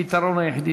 הפתרון היחידי,